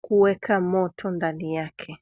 kuweka moto ndani yake.